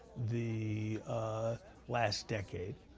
the last decade.